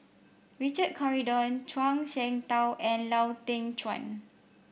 Richard Corridon Zhuang Shengtao and Lau Teng Chuan